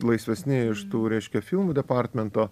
laisvesni iš tų reiškia filmų departmento